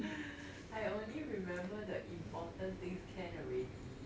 I only remember the important things can already